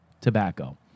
tobacco